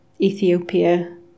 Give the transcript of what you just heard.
Ethiopia